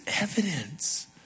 evidence